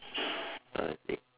I see